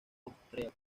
austriaca